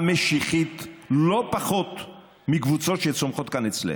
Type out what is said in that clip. המשיחית לא פחות מקבוצות שצומחות כאן אצלנו.